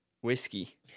whiskey